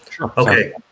okay